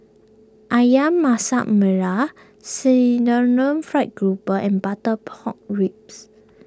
Ayam Masak Merah Fried Grouper and Butter Pork Ribs